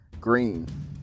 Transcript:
green